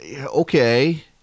Okay